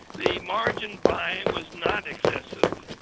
the margin buying was not excessive.